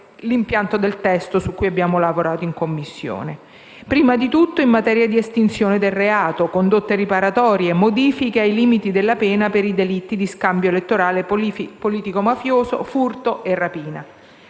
l'impianto del testo su cui abbiamo lavorato in Commissione. Prima di tutto abbiamo lavorato sull'estinzione del reato, sulle condotte riparatorie e su modifiche ai limiti della pena per i delitti di scambio elettorale politico‑mafioso, furto e rapina.